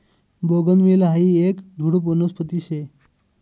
बोगनवेल हायी येक झुडुप वनस्पती शे